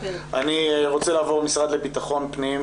אני רוצה לעבור למשרד לבט"פ,